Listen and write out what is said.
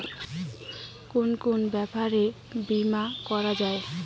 কুন কুন ব্যাপারে বীমা করা যায়?